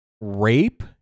rape